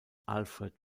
alfred